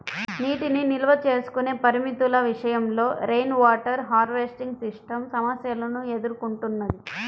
నీటిని నిల్వ చేసుకునే పరిమితుల విషయంలో రెయిన్వాటర్ హార్వెస్టింగ్ సిస్టమ్ సమస్యలను ఎదుర్కొంటున్నది